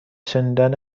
شنیدن